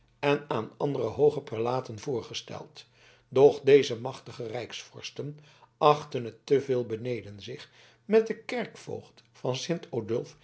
en aan andere hooge prelaten voorgesteld doch deze machtige rijksvorsten achtten het te veel beneden zich met den kerkvoogd van